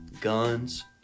guns